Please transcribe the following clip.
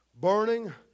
burning